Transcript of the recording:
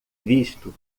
visto